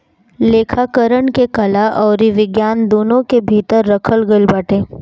लेखाकरण के कला अउरी विज्ञान दूनो के भीतर रखल गईल बाटे